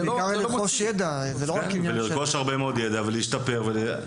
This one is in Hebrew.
זה לרכוש הרבה מאוד ידע, ולהשתפר.